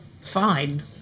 fine